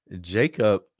Jacob